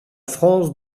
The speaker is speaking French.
france